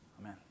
Amen